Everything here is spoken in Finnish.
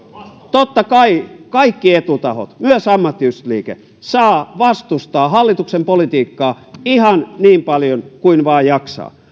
totta kai kaikki etutahot myös ammattiyhdistysliike saavat vastustaa hallituksen politiikkaa ihan niin paljon kuin vain jaksavat